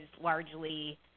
largely